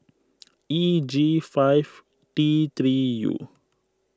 E G five T three U